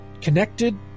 connected